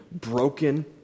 broken